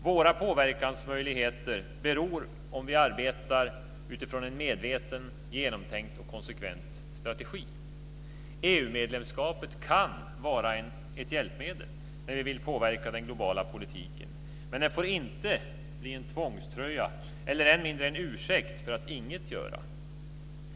Våra påverkansmöjligheter beror på om vi arbetar utifrån en medveten genomtänkt och konsekvent strategi. EU-medlemskapet kan vara ett hjälpmedel när vi vill påverka den globala politiken, men det får inte bli en tvångströja eller än mindre en ursäkt för att inget göra.